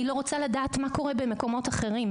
אני לא רוצה לדעת מה קורה במקומות אחרים.